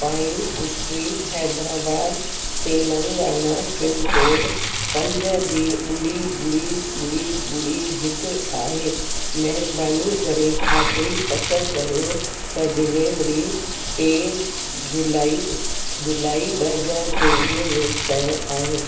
pine street Hyderabad Telangana pincode पंज जी ॿुड़ी ॿुड़ी ॿुड़ी ॿुड़ी हिकु आहे महिरबानी करे खातिरी पतो करियो त डिलेवरी टे जुलाई इस जुलाई ॿ हज़ार चोवीह में तय आहे